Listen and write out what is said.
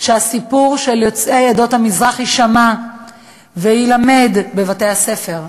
שהסיפור של יוצא עדות המזרח יישמע ויילמד בבתי-הספר.